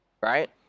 right